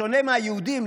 בשונה מהיהודים,